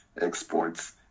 exports